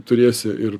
turėsi ir